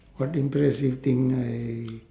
what impressive thing I